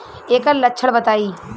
ऐकर लक्षण बताई?